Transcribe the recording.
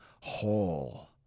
whole